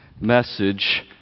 message